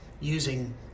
using